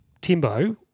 Timbo